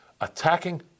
attacking